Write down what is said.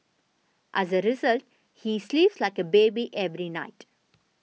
as a result he sleeps like a baby every night